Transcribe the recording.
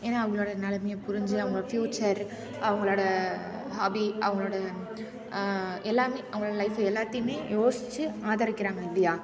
ஏன்னா அவங்களோட நிலமையப் புரிஞ்சு அவங்க ஃப்யூச்சர் அவங்களோட ஹாபி அவங்களோட எல்லாமே அவங்களோட லைஃபு எல்லாத்தையுமே யோசித்து ஆதரிக்கிறாங்க இல்லையா